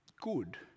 good